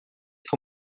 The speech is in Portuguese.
que